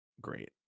great